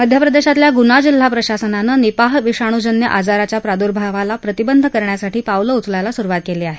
मध्यप्रदेशातील गुना जिल्हा प्रशासनानं निपाह विषाणूजन्य आजाराच्या प्रादुर्भावाला प्रतिबंध करण्यासाठी पावलं उचलायला सुरुवात केली आहे